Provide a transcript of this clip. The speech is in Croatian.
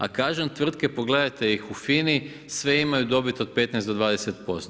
A kažem, tvrtke, pogledajte ih u FINA-i sve imaju dobit od 15 do 20%